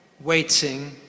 waiting